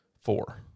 four